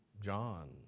John